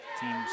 Team's